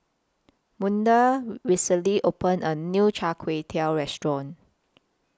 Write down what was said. Maude recently opened A New Char Kway Teow Restaurant